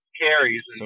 carries